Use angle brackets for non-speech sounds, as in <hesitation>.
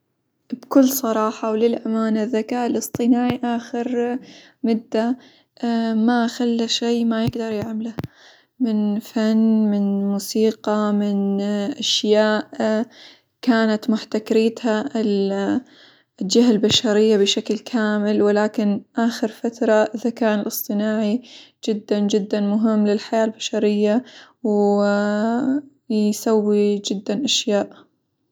بكل صراحة، وللأمانة الذكاء الاصطناعي آخر مدة <hesitation> ما خلى شي ما يقدر يعمله، من فن، من موسيقى، من <hesitation> أشياء كانت محتكريتها -ال- الجهة البشرية بشكل كامل، ولكن آخر فترة الذكاء الاصطناعي جدًا جدًا مهم للحياة البشرية، و <hesitation> يسوى جدًا أشياء.